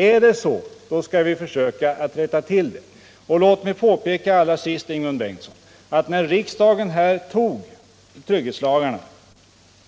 Är det så skall vi försöka rätta till det. Låt mig påpeka allra sist, Ingemund Bengtsson, att det när riksdagen antog trygghetslagarna